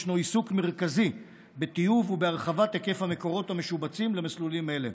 ישנו עיסוק מרכזי בטיוב ובהרחבת היקף המקורות המשובצים למסלולים האלה.